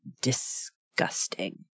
disgusting